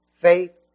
faith